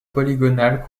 polygonale